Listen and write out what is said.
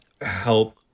help